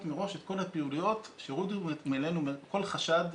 מראש את כל הפעילויות שיורידו מעלינו כל חשד,